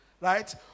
right